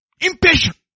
Impatient